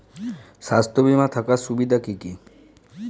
স্বাস্থ্য বিমা থাকার সুবিধা কী কী?